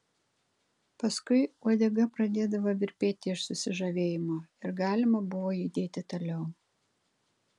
paskui uodega pradėdavo virpėti iš susižavėjimo ir galima buvo judėti toliau